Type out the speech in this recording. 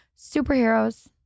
superheroes